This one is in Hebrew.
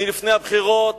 לפני הבחירות